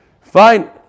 Fine